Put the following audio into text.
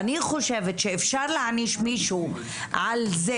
אני חושבת שאפשר להעניש מישהו על זה